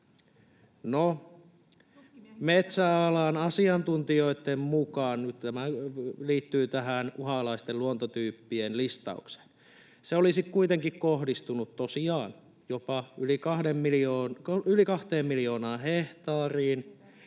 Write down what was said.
metsäalan asiantuntijoitten mukaan — nyt tämä liittyy tähän uhanalaisten luontotyyppien listaukseen — se olisi kuitenkin kohdistunut tosiaan jopa yli kahteen miljoonaan hehtaariin,